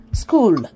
school